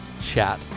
chat